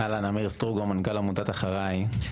אהלן, אמיר סטרוגו, מנכ"ל עמותת אחריי.